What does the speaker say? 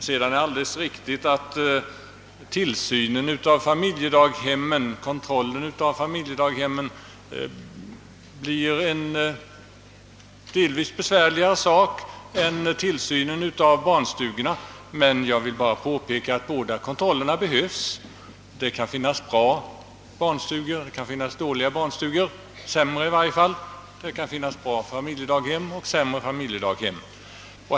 Det är alldeles riktigt att kontrollen av familjedaghemmen blir en delvis besvärligare sak än tillsynen av barnstugorna, men jag vill påpeka att kontroll behövs i båda fallen. Det kan finnas såväl bra som sämre barnstugor liksom det också kan finnas bra och sämre familjedaghem.